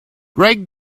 break